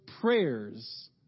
prayers